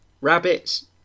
rabbits